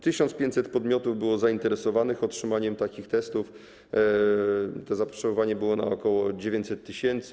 1500 podmiotów było zainteresowanych otrzymaniem takich testów, to zapotrzebowanie wynosiło ok. 900 tys.